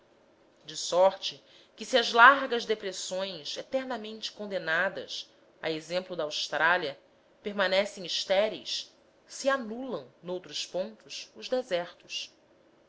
de sorte que se as largas depressões eternamente condenadas a exemplo da austrália permanecem estéreis se anulam noutros pontos os desertos